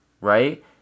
right